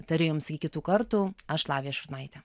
tariu jums iki kitų kartų aš lavija šurnaitė